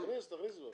תכניס, תכניס כבר.